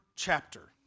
Chapter